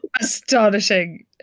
Astonishing